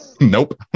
Nope